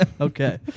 Okay